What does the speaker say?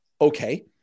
okay